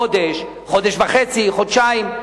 חודש, חודש וחצי, חודשיים.